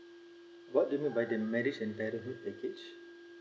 what do you mean by the marriage and parental package